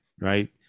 right